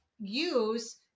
use